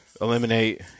eliminate